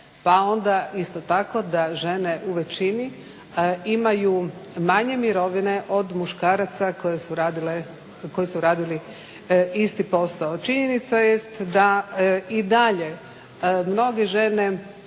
pa onda isto tako da žene u većini imaju manje mirovine od muškaraca koji su radili isti posao. Činjenica jest da i dalje mnoge žene